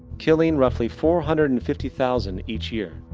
killing roughly four hundred and fifty thousand each year.